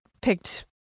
picked